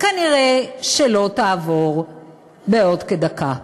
כנראה לא תעבור בעוד כדקה.